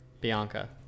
Bianca